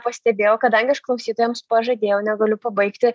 pastebėjau kadangi aš klausytojams pažadėjau negaliu pabaigti